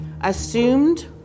assumed